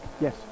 Yes